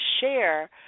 share